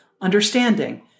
understanding